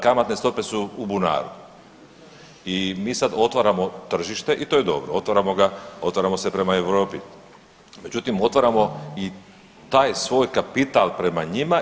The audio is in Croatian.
Kamatne stope su u bunaru i mi sad otvaramo tržište i to je dobro, otvaramo se prema Europi, međutim otvaramo i taj svoj kapital prema njima.